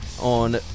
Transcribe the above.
on